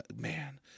Man